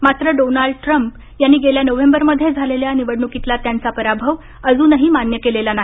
मात्र Donald Trump यांनी गेल्या नोव्हेंबर मध्ये झालेल्या निवडणुकीतला त्यांचा पराभव अजूनही मान्य केलेला नाही